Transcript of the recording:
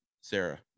Sarah